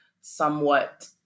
somewhat